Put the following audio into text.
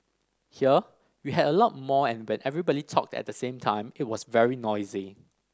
here we had a lot more and when everybody talked at the same time it was very noisy